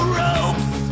ropes